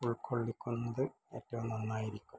ഉൾക്കൊള്ളിക്കുന്നത് ഒക്കെ നന്നായിരിക്കും